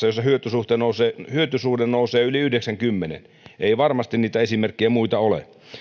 jossa hyötysuhde nousee hyötysuhde nousee yli yhdeksänkymmenen ei varmasti niitä esimerkkejä muita ole